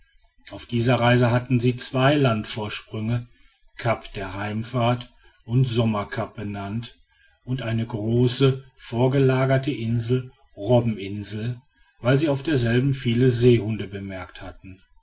auf dieser reise hatten sie zwei landvorsprünge kap der heimfahrt und sommerkap benannt und eine große vorgelagerte insel robbeninsel weil sie auf derselben viele seehunde bemerkt hatten